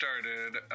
started